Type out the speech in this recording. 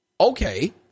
Okay